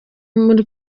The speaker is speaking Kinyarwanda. muri